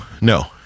no